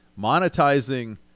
monetizing